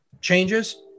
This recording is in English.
changes